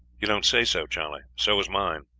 you don't say so, charley so was mine.